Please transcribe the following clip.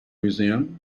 museum